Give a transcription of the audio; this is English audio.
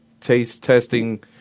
taste-testing